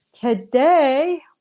today